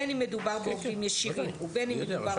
בין אם מדובר בעובדים ישירים ובין אם מדובר